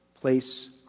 place